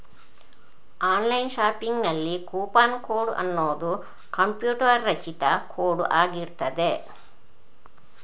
online ಶಾಪಿಂಗಿನಲ್ಲಿ coupon code ಅನ್ನುದು computer ರಚಿತ ಕೋಡ್ ಆಗಿರ್ತದೆ